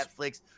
Netflix